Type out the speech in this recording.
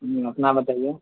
ہوں اپنا بتائیے